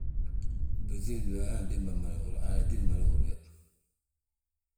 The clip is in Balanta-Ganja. Blúŧi hiinde, he antiimba maa hhúra Haala tídi mada húri we.